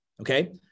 Okay